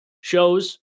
shows